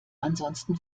ansonsten